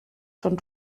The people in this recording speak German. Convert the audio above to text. schon